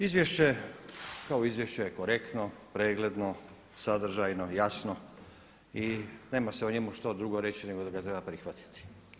Izvješće kao izvješće je korektno, pregledno, sadržajno, jasno i nema se o njemu što drugo reći nego da ga treba prihvatiti.